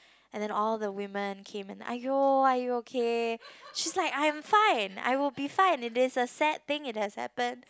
and then all the women came and !aiyo! are you okay she's like I'm fine I will be fine and it's a sad thing it has happened